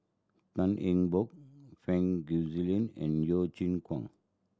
Tan Eng Bock Fang and Yeo Chee Kiong